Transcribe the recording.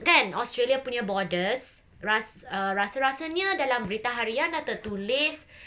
kan australia punya borders ras~ err rasa rasanya dalam Berita Harian dah tertulis